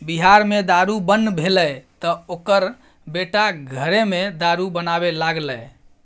बिहार मे दारू बन्न भेलै तँ ओकर बेटा घरेमे दारू बनाबै लागलै